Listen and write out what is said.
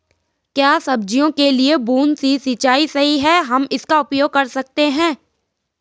क्या सब्जियों के लिए बूँद से सिंचाई सही है हम इसका उपयोग कैसे कर सकते हैं?